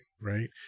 right